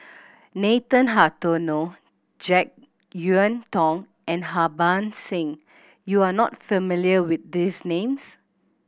Nathan Hartono Jek Yeun Thong and Harbans Singh you are not familiar with these names